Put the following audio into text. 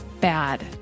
bad